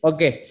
Okay